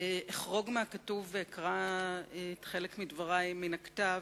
אחרוג ואקרא חלק מדברי מן הכתב,